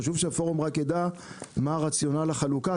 חשוב שהפורום רק יידע מה רציונל החלוקה,